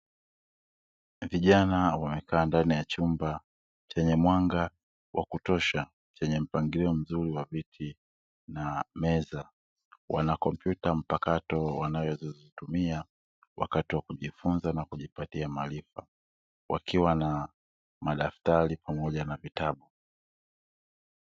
Vijana wamekaa ndani ya chumba chenye mwanga wa kutosha chenye mpangilio mzuri wa viti na meza, wana kompyuta mpakato wanazozitumia wakati wa kujifunza na kujipatia maarifa wakiwa na madaftari pamoja na vitabu.